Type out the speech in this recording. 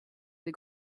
des